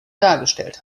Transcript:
dargestellt